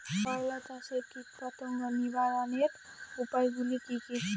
করলা চাষে কীটপতঙ্গ নিবারণের উপায়গুলি কি কী?